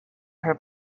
her